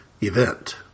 event